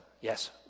yes